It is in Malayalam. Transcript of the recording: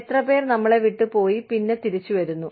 എത്ര പേർ നമ്മളെ വിട്ട് പോയി പിന്നെ തിരിച്ചു വരുന്നു